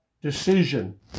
decision